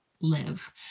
live